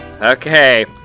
Okay